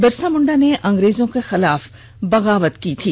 बिरसा मुण्डा ने अंग्रेजों की खिलाफ बगावत की थी